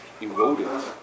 eroded